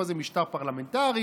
פה זה משטר פרלמנטרי.